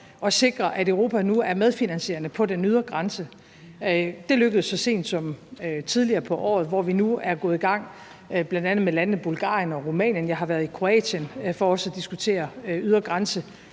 at sikre, at Europa nu er medfinansierende af den ydre grænse. Det lykkedes så sent som tidligere på året, og vi er nu gået i gang, bl.a. med landene Bulgarien og Rumænien, og jeg har været i Kroatien for også at diskutere den ydre grænse